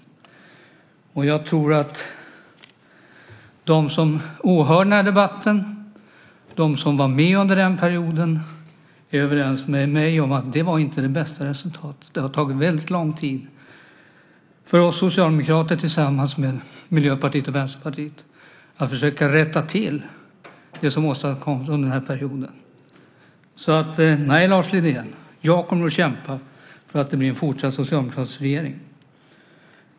Jag tror att de som åhör den här debatten och de som var med under den perioden är överens med mig om att det inte var det bästa resultatet. Det har tagit lång tid för oss socialdemokrater, tillsammans med Vänsterpartiet och Miljöpartiet, att försöka rätta till det som åstadkoms under denna period. Nej, Lars Lindén, jag kommer att kämpa för att det ska bli en fortsatt socialdemokratisk regering.